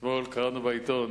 אתמול קראנו בעיתון